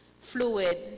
fluid